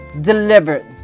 delivered